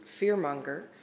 fearmonger